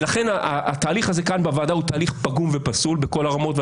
לכן התהליך הזה כאן בוועדה הוא תהליך פגום ופסול בכל הרמות.